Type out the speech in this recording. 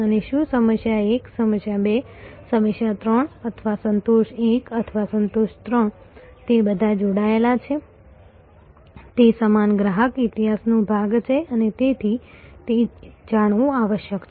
અને શું સમસ્યા 1 સમસ્યા 2 સમસ્યા 3 અથવા સંતોષ 1 અથવા સંતોષ 3 તે બધા જોડાયેલા છે તે સમાન ગ્રાહક ઇતિહાસનો ભાગ છે અને તેથી તે જાણવું આવશ્યક છે